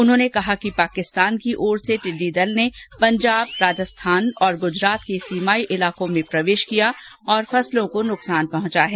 उन्होंने कहा कि पाकिस्तान की ओर से इस बीच टिड़डी दल ने पंजाब राजस्थान और गुजरात के सीमाई इलाकों में प्रवेश किया है और फसलों को नुकसान पहुंचा है